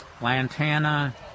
Lantana